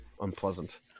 unpleasant